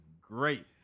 great